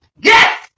Yes